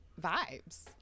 vibes